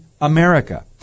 America